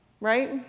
right